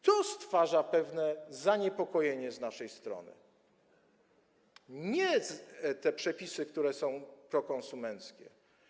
To stwarza pewne zaniepokojenie po naszej stronie, a nie te przepisy, które są prokonsumenckie.